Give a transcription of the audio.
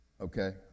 Okay